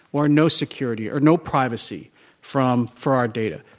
or no security, or no privacy from for our data.